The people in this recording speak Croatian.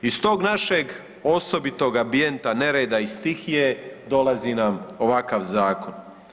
Iz tog našeg osobitog ambijenta nereda i stihije dolazi nam ovakav zakon.